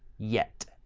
yet.